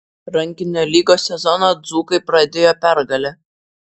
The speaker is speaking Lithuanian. rankinio lygos sezoną dzūkai pradėjo pergale